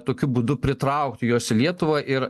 tokiu būdu pritraukti juos į lietuvą ir